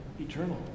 eternal